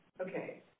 okay